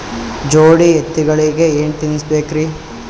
ಜೋಡಿ ಎತ್ತಗಳಿಗಿ ಏನ ತಿನಸಬೇಕ್ರಿ?